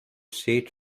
seat